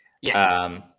Yes